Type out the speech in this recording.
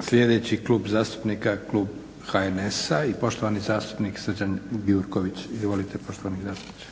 Sljedeći klub zastupnika, klub HNS-a i poštovani zastupnik Srđan Gjurković. Izvolite poštovani zastupniče.